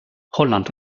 holland